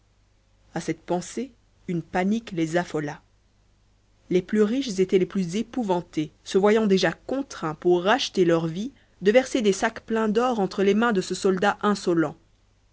a cette pensée une panique les affola les plus riches étaient les plus épouvantés se voyant déjà contraints pour racheter leur vie de verser des sacs pleins d'or entre les mains de ce soldat insolent